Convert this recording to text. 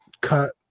cut